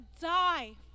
die